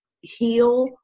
heal